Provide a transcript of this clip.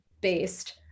based